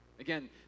Again